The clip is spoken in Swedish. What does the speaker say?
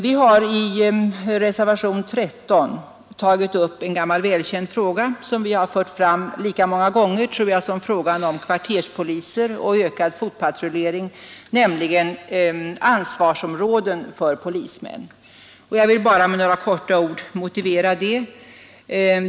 Vi har i reservationen 13 tagit upp en gammal välkänd fråga som vi fört fram lika många gånger, tror jag, som frågan om kvarterspoliser och ökad fotpatrullering, nämligen frågan om särskilda ansvarsområden för polismän. Jag vill bara med några ord motivera detta förslag.